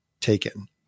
taken